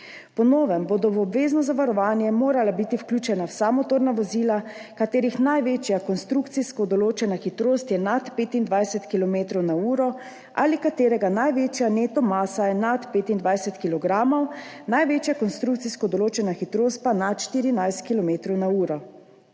Po novem bodo v obvezno zavarovanje morala biti vključena vsa motorna vozila, katerih največja konstrukcijsko določena hitrost je nad 25 kilometrov na uro ali katerega največja neto masa je nad 25 kilogramov, največja konstrukcijsko določena hitrost pa nad 14 kilometrov